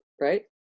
Right